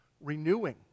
renewing